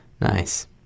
Nice